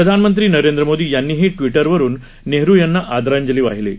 प्रधानमंत्री नरेंद्र मोदी यांनीही ट्विटरवरून नेहरु यांना आदरांजली वाहिली आहे